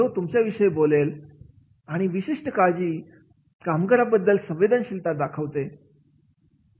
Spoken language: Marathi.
जो तुमच्या विषयी बोलेल अशी विशिष्ट काळजी कामगारांच्या बद्दलची संवेदनशीलता दाखवते